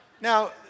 Now